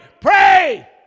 pray